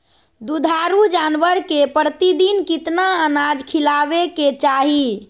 दुधारू जानवर के प्रतिदिन कितना अनाज खिलावे के चाही?